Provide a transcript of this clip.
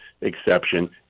exception